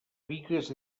bigues